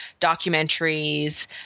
documentaries